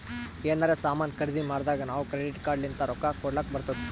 ಎನಾರೇ ಸಾಮಾನ್ ಖರ್ದಿ ಮಾಡ್ದಾಗ್ ನಾವ್ ಕ್ರೆಡಿಟ್ ಕಾರ್ಡ್ ಲಿಂತ್ ರೊಕ್ಕಾ ಕೊಡ್ಲಕ್ ಬರ್ತುದ್